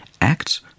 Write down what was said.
ACTS